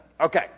Okay